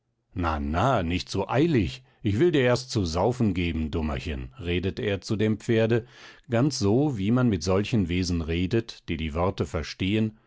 na na nicht zu eilig ich will dir erst zu saufen geben dummerchen redete er zu dem pferde ganz so wie man mit solchen wesen redet die die worte verstehen